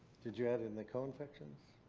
did you add in the co-infections?